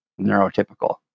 neurotypical